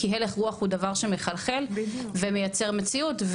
כי הלך רוח הוא דבר שמחלחל ומייצר מציאות,